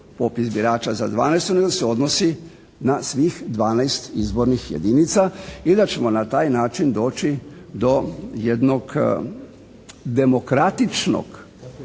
popis birača za 12. nego se odnosi na svih 12 izbornih jedinica i da ćemo na taj način doći do jednog demokratičnog